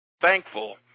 thankful